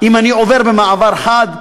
אם אני עובר במעבר חד,